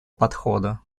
подхода